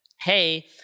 hey